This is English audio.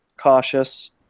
cautious